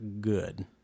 good